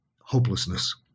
hopelessness